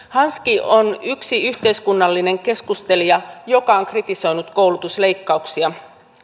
hanski on yksi yhteiskunnallinen keskustelija joka on kritisoinut koulutusleikkauksia